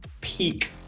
peak